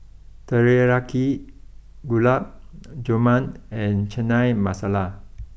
Teriyaki Gulab Jamun and Chana Masala